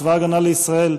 צבא ההגנה לישראל,